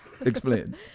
Explain